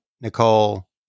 Nicole